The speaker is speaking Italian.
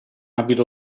abito